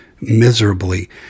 miserably